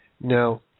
Now